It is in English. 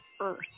Earth